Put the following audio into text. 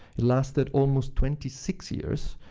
it lasted almost twenty six years,